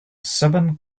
seven